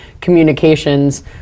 communications